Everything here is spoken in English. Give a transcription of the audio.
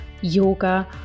Yoga